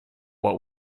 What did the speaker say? what